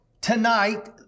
Tonight